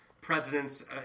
presidents